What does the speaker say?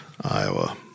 Iowa